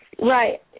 Right